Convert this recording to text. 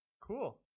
cool